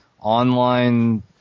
online